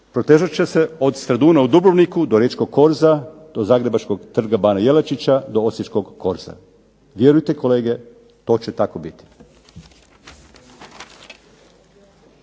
Protezat će se od Straduna u Dubrovniku do riječkog korza, do zagrebačkog Trga bana Jelačića, do osječkog korza. Vjerujte kolege, to će tako biti.